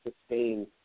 sustain